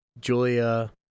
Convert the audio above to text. Julia